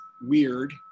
weird